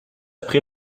après